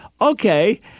okay